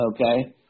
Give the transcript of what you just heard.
Okay